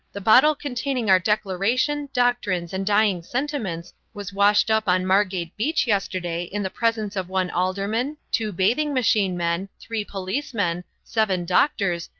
the bottle containing our declaration, doctrines, and dying sentiments was washed up on margate beach yesterday in the presence of one alderman, two bathing-machine men, three policemen, seven doctors,